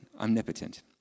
Omnipotent